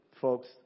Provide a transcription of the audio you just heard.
Folks